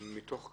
מתוך כמה?